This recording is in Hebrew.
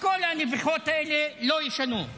כל הנביחות האלה לא ישנו.